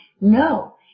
No